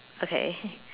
okay